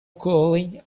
cooling